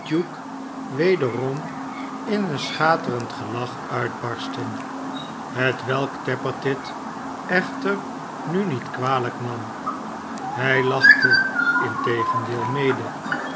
wederom in een schaterend gelach uitbarsten hetwelk tappertit echter nu niet kwalijk nam hij lachte integendeel mede